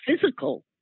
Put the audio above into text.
physical